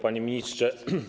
Panie Ministrze!